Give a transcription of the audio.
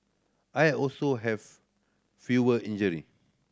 I also have fewer injury